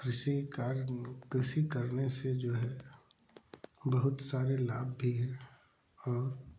कृषि कार्य कृषि करने से जो है बहुत सारे लाभ भी हैं और